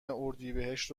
اردیبهشت